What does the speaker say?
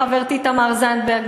חברתי תמר זנדברג,